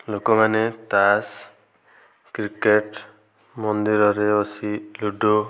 ଲୋକମାନେ ତାସ କ୍ରିକେଟ ମନ୍ଦିରରେ ବସି ଲୁଡ଼ୁ